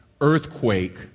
earthquake